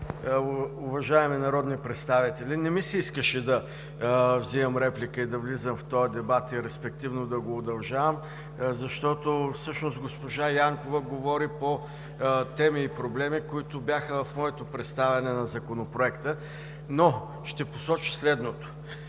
уважаеми народни представители! Не ми се искаше да взимам реплика и да влизам в този дебат и, респективно, да го удължавам, защото всъщност госпожа Янкова говори по теми и проблеми, които бяха в моето представяне на Законопроекта. Ще посоча обаче следното.